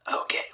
okay